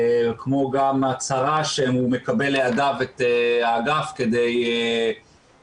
כמו גם שהוא מקבל לידיו את האגף כדי לפתור